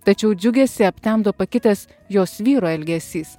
tačiau džiugesį aptemdo pakitęs jos vyro elgesys